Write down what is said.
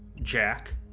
jack,